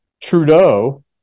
Trudeau